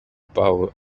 power